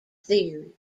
theory